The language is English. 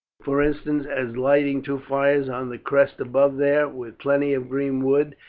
for instance, as lighting two fires on the crest above there, with plenty of green wood,